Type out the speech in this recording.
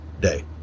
day